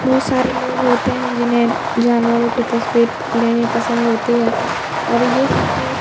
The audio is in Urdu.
بہت سارے لوگ ہوتے ہیں جنہیں جانوروں کی تصویر لینی پسند ہوتی ہے اور یہ سب چیز